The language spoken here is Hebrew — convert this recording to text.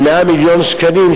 מ-100 מיליון שקלים,